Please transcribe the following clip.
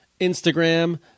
Instagram